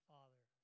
Father